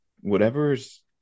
whatever's